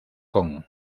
kong